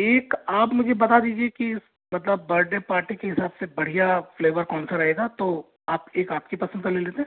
एक आप मुझे बता दीजिए की मतलब बर्थडे पार्टी के हिसाब से बढ़िया फ्लेवर कौन सा रहेगा तो आप के एक आपके पसंद का ले लेते हैं